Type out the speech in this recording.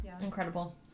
Incredible